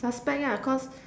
suspect lah cause